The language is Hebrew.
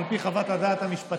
אני מבין שעל פי חוות הדעת המשפטית